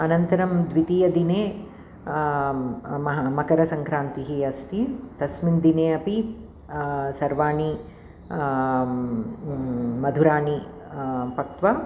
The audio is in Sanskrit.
अनन्तरं द्वितीयदिने म् मह् मकरसङ्क्रान्तिः अस्ति तस्मिन् दिने अपि सर्वाणि मधुराणि पक्त्वा